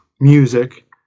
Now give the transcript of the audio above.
music